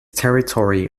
territory